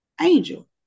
Angel